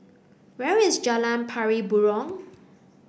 where is Jalan Pari Burong